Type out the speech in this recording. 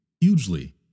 hugely